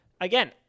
again